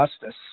justice